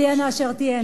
תהיינה אשר תהיינה?